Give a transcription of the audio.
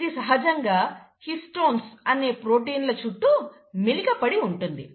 ఇది సహజంగా హిస్టోన్స్ అనే ప్రోటీన్ల చుట్టూ మెలికపడి ఉంటుంది